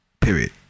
Period